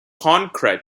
openly